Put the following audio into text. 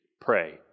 Pray